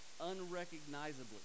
unrecognizably